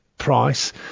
price